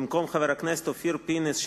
במקום חבר הכנסת אופיר פינס-פז,